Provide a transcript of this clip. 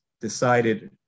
decided